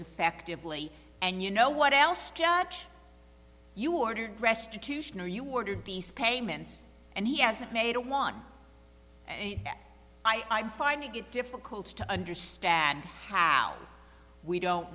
effectively and you know what else judge you ordered restitution or you ordered these payments and he hasn't made a one i'm finding it difficult to understand how we don't